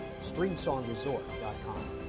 Streamsongresort.com